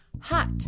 Hot